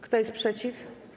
Kto jest przeciw?